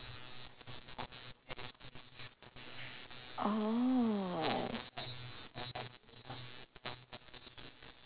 oh